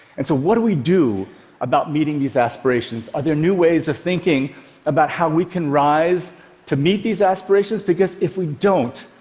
and so what do we do about meeting these aspirations? are there new ways of thinking about how we can rise to meet these aspirations? because if we don't,